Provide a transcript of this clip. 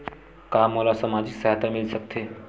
का मोला सामाजिक सहायता मिल सकथे?